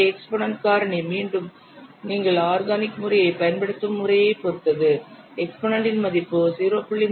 இந்த எக்ஸ்பொனன்ட் காரணி மீண்டும் நீங்கள் ஆர்கானிக் பயன்முறையைப் பயன்படுத்தும் முறையை பொறுத்தது எக்ஸ்பொனன்ட் இன் மதிப்பு 0